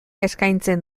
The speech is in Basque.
eskaintzen